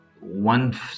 one